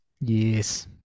Yes